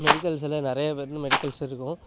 மெடிக்கல்ஸில் நிறைய வந்து மெடிக்கல்ஸ் இருக்கும்